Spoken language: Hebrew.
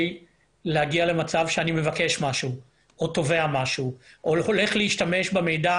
להגיע למצב שאני מבקש משהו או תובע משהו או הולך להשתמש במידע